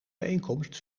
bijeenkomst